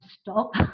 stop